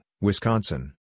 Wisconsin